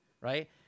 right